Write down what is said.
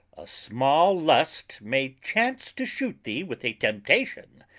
a small lust may chance to shoot thee with a temptation,